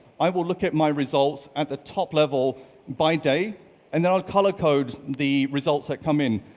i will look at my results at the top level by day and then i'll colour-code the results that come in.